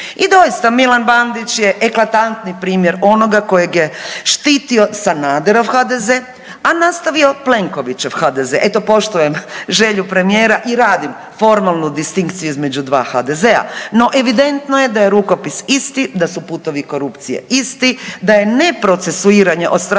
I doista Milan Bandić je eklatantni primjer onoga kojeg je štitio Sanaderov HDZ, a nastavio Plenkovićev HDZ, eto poštujem želju premijera i radim formalnu distinkciju između dva HDZ-a. No, evidentno je da je rukopis isti da su putovi korupcije isti, da je neprocesuiranje od strane